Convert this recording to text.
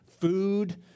food